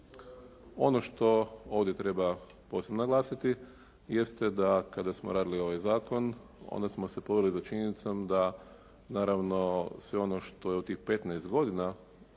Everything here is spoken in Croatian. Ono što ovdje posebno treba naglasiti, jeste da kada smo radili ovaj zakon, onda smo se poveli za činjenicom da naravno sve ono što je u tih 15 godina